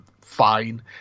fine